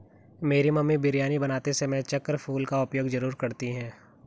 मेरी मम्मी बिरयानी बनाते समय चक्र फूल का उपयोग जरूर करती हैं